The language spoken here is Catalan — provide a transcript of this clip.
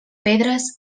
pedres